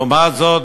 לעומת זאת,